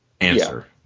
answer